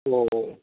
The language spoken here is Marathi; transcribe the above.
हो हो